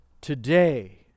today